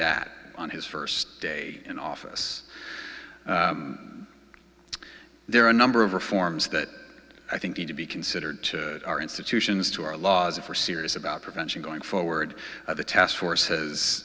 that on his first day in office there are a number of reforms that i think need to be considered to our institutions to our laws if we're serious about prevention going forward the task force has